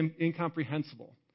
incomprehensible